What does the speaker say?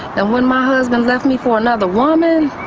and when my husband left me for another woman,